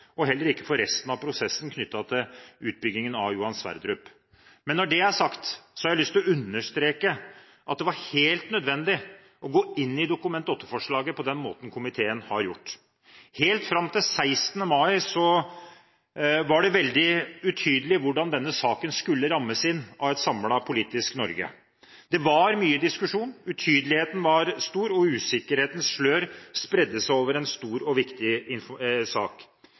og heller ikke for resten av prosessen knyttet til utbyggingen av Johan Sverdrup-feltet. Når det er sagt, har jeg lyst til å understreke at det var helt nødvendig å gå inn i Dokument 8-forslaget på den måten komiteen har gjort. Helt fram til 16. mai var det veldig utydelig hvordan denne saken skulle rammes inn av et samlet politisk Norge. Det var mye diskusjon, utydeligheten var stor, og usikkerhetens slør spredte seg over en stor og viktig sak.